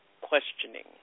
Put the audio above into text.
Questioning